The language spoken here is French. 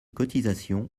cotisations